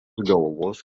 galvos